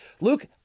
Luke